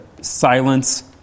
silence